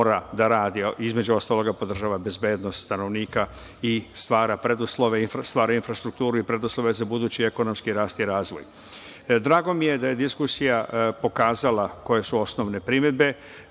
mora da radi, a između ostalog i da podržava bezbednost stanovnika i stvara infrastrukturu i preduslove za budući ekonomski rast i razvoj. Drago mi je da je diskusija pokazala koje su osnovne primedbe.